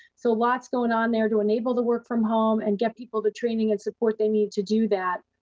so lots going on, there to enable the work from home and get people the training and support they need to do that.